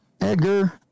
Edgar